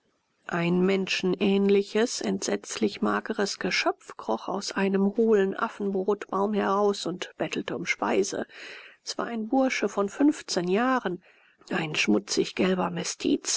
ein menschenähnliches entsetzlich mageres geschöpf kroch aus einem hohlen affenbrotbaum heraus und bettelte um speise es war ein bursche von fünfzehn jahren ein schmutzig gelber